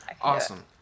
Awesome